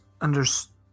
understand